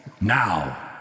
now